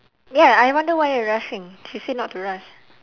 ya I wonder why you're rushing she said not to rush